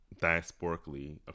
diasporically